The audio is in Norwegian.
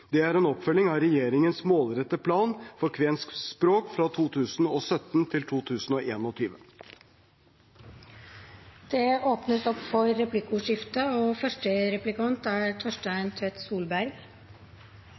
Dette er en oppfølging av regjeringens målrettede plan for kvensk språk for 2017–2021. Det blir replikkordskifte.